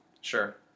Sure